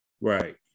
Right